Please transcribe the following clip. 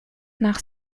nach